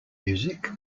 music